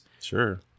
Sure